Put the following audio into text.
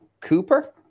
Cooper